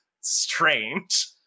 strange